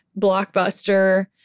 blockbuster